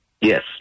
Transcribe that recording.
Yes